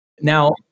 Now